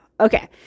Okay